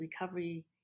recovery